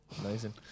Amazing